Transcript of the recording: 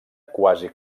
quasi